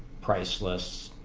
price lists,